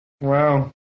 Wow